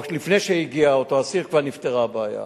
או עוד לפני שהגיע אותו אסיר כבר נפתרה הבעיה.